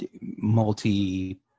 multi